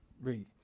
Read